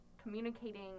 communicating